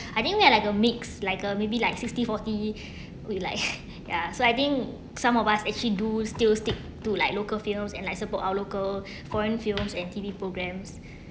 I think we are like a mix like uh maybe like sixty forty we like ya so think some of us actually do still stick to like local films and I support our local foreign films and T_V programmes